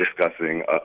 discussing